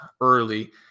early